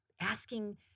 asking